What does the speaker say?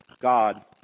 God